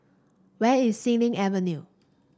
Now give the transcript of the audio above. where is Xilin Avenue